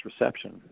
reception